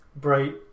bright